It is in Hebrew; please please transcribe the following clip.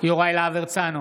יוראי להב הרצנו,